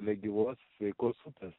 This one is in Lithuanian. negyvos vaikus upės